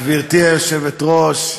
גברתי היושבת-ראש,